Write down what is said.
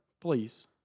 Please